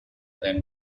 than